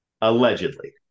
allegedly